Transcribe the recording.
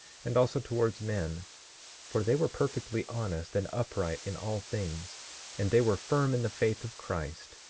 and also towards men for they were perfectly honest and upright in all things and they were firm in the faith of christ,